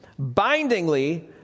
bindingly